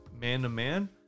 man-to-man